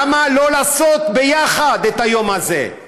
למה לא לעשות יחד את היום הזה?